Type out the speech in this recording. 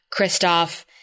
Kristoff